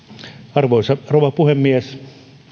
arvoisa rouva puhemies